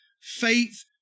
faith